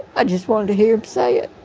i just wanted to hear him say it.